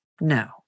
No